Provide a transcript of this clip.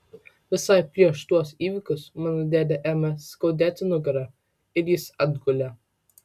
visai prieš tuos įvykius mano dėdei ėmė skaudėti nugarą ir jis atgulė